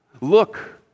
Look